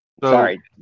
Sorry